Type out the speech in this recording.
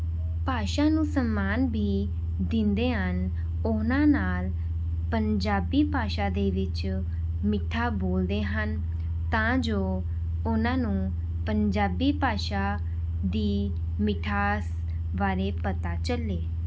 ਭਾਸ਼ਾ ਨੂੰ ਸਨਮਾਨ ਵੀ ਦਿੰਦੇ ਹਨ ਉਹਨਾਂ ਨਾਲ ਪੰਜਾਬੀ ਭਾਸ਼ਾ ਦੇ ਵਿੱਚ ਮਿੱਠਾ ਬੋਲਦੇ ਹਨ ਤਾਂ ਜੋ ਉਹਨਾਂ ਨੂੰ ਪੰਜਾਬੀ ਭਾਸ਼ਾ ਦੀ ਮਿਠਾਸ ਬਾਰੇ ਪਤਾ ਚੱਲੇ